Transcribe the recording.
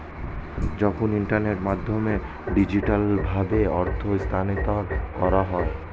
যখন ইন্টারনেটের মাধ্যমে ডিজিটালভাবে অর্থ স্থানান্তর করা হয়